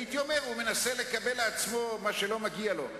הייתי אומר: הוא מנסה לקבל לעצמו מה שלא מגיע לו,